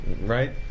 right